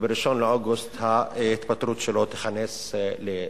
וב-1 באוגוסט ההתפטרות שלו תיכנס לתוקף.